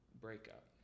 breakup